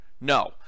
No